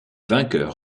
vainqueur